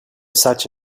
such